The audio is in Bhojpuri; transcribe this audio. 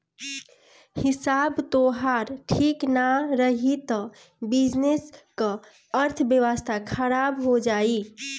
हिसाब तोहार ठीक नाइ रही तअ बिजनेस कअ अर्थव्यवस्था खराब हो जाई